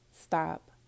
stop